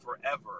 forever